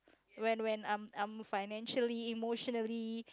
when when I'm I'm financially emotionally